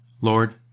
Lord